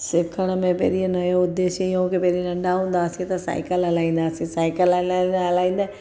सिखण में पहिरीं आहिनि नयो उद्देश हीअ उहो की पहिरीं नंढा हूंदा हुवासीं त साइकलि हलाईंदासीं साइकलि हलाईंदे हलाईंदे